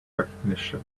recognition